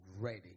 ready